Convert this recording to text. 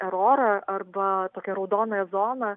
terorą arba tokią raudonąją zoną